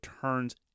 turns